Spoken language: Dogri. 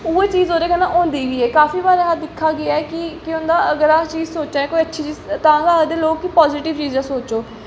उ'ऐ चीज़ ओह्दे कन्नै होंदी बी ऐ काफी दिक्खेआ गेआ ऐ कि केह् होंदा ऐ कि अगर अस चीज़ सोचा दा तां गै लोक आखदे कि पाज़िटिव